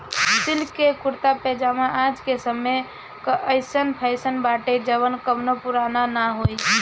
silk के कुरता पायजामा आज के समय कअ अइसन फैशन बाटे जवन कबो पुरान नाइ होई